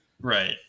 Right